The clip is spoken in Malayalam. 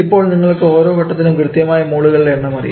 ഇപ്പോൾ നിങ്ങൾക്ക് ഓരോ ഘടകത്തിനും കൃത്യമായ മോളു കളുടെ എണ്ണം അറിയാം